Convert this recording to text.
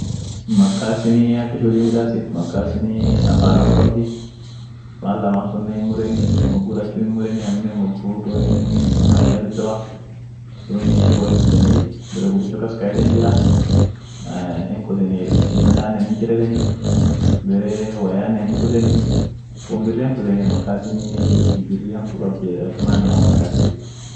Zipunii ak ishin huji midaasit, zipu fukoat jira iyo ta woyaat jirai. tawoyan mal at kayet woya chufti dumii ak at kulafa hiijeemn, taa fukoan malat fuuko woya kas kaet, akasiin wontate siduraa hinbuutu aminenii wontate siidogortie ziipunii ta baagianen hijriti taa woyan sun ishin ak woyan sira hinbubun ak surwaaliafa ama fulaaanafan siira hinbuun.